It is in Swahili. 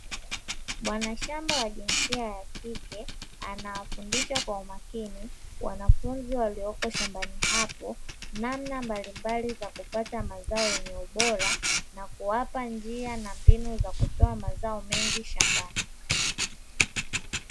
Bwanashamba wa jinsia ya kike anawafundisha kwa umakini wanafunzi walioko shambani hapo namna mbalimbali za kupata mazao yenye ubora, na kuwapa njia na mbinu za kutoa mazao mengi shambani.